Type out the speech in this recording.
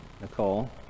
Nicole